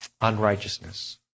unrighteousness